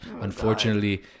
Unfortunately